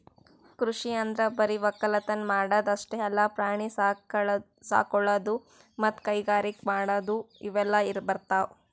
ಕೃಷಿ ಅಂದ್ರ ಬರಿ ವಕ್ಕಲತನ್ ಮಾಡದ್ ಅಷ್ಟೇ ಅಲ್ಲ ಪ್ರಾಣಿ ಸಾಕೊಳದು ಮತ್ತ್ ಕೈಗಾರಿಕ್ ಮಾಡದು ಇವೆಲ್ಲ ಬರ್ತವ್